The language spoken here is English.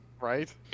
Right